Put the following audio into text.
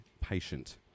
patient